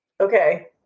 Okay